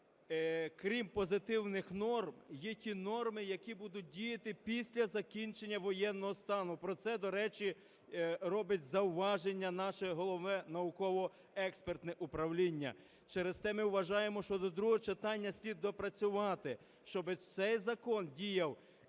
крім позитивних норм, є ті норми, які будуть діяти після закінчення воєнного стану. Про це, до речі, робить зауваження наше Головне науково-експертне управління. Через це ми вважаємо, що до другого читання слід доопрацювати, щоб цей закон діяв